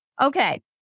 Okay